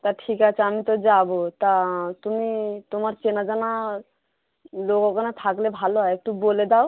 তা ঠিক আছে আমি তো যাবো তা তুমি তোমার চেনা জানা লোক ওখানে থাকলে ভালো হয় একটু বলে দাও